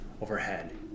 overhead